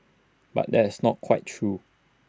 but that is not quite true